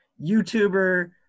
YouTuber